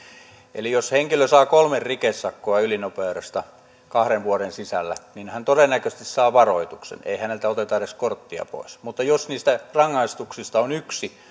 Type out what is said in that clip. jos henkilö saa kolme rikesakkoa ylinopeudesta vuoden sisällä niin hän todennäköisesti saa varoituksen ei häneltä oteta edes korttia pois mutta jos niistä rangaistuksista yksi on